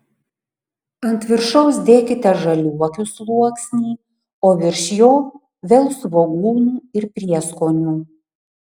ant viršaus dėkite žaliuokių sluoksnį o virš jo vėl svogūnų ir prieskonių